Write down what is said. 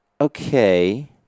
okay